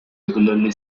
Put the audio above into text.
regularly